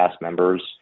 members